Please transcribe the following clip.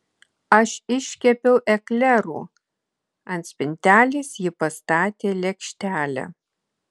aš iškepiau eklerų ant spintelės ji pastatė lėkštelę